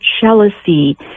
jealousy